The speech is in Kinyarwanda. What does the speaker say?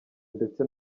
ndetse